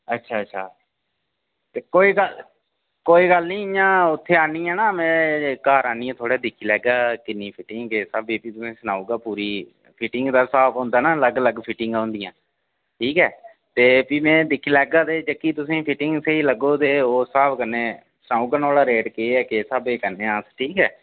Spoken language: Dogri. अच्छा अच्छा एह् कोई गल्ल निं कोई गल्ल निं इं'या उत्थें आह्नियै ना में घर आह्नियै तुंदे दिक्खी लैगा ते किस स्हाबै दी में तुसेंगी सनाई ओड़गा पूरी फिटिंग दा स्हाब होंदा ना अलग अलग फिटिंगां होंदियां ठीक ऐ ते भी में दिक्खी लैगा जेह्की तुसेंगी फिंटिंग स्हेई लग्गग उस स्हाब कन्नै सनाई ओड़गा नुहाड़े रेट केह् ऐ किस स्हाबै दे करने आं अस ठीक ऐ